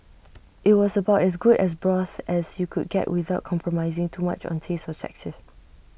IT was about as good as broth as you could get without compromising too much on taste or texture